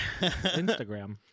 Instagram